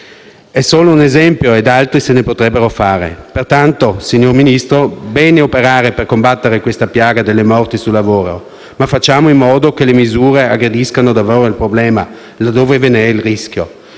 È solo un esempio ed altri se ne potrebbero fare. Pertanto, signor Ministro, va bene operare per combattere questa piaga delle morti sul lavoro, ma facciamo in modo che le misure aggrediscano davvero il problema da cui origina il rischio.